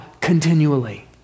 continually